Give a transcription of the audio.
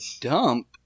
dump